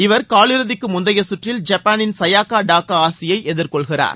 இவர் காலிறுதிக்கு முந்தைய சுற்றில் ஜப்பானின் சுயாக்கா டாக்கா ஆஷியை எதிர்கொள்கிறார்